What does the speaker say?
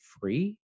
free